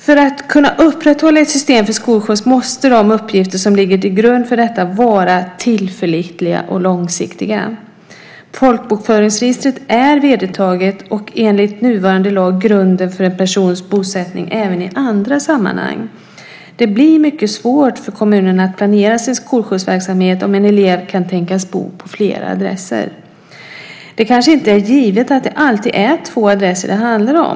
För att man ska kunna upprätthålla ett system för skolskjuts måste de uppgifter som ligger till grund för detta vara tillförlitliga och långsiktiga. Folkbokföringsregistret är vedertaget och enligt nuvarande lag grunden för en persons bosättning även i andra sammanhang. Det blir mycket svårt för kommunerna att planera sin skolskjutsverksamhet om en elev kan tänkas bo på flera adresser. Det kanske inte är givet att det alltid är två adresser det handlar om.